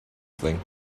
thing